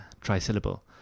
trisyllable